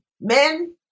Men